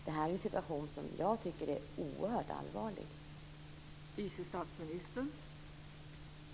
Detta är en oerhört allvarlig situation.